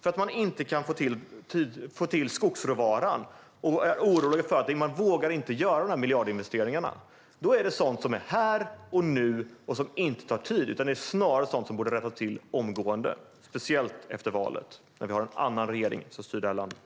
Man kan inte få till skogsråvaran och vågar inte göra de här miljardinvesteringarna. Det är sådant som är här och nu och som inte tar tid utan snarare borde rättas till omgående. Men förmodligen sker det först efter valet, när vi har en annan regering som styr det här landet.